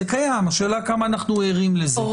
השאלה כמה אנחנו ערים לזה.